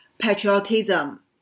patriotism